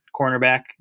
cornerback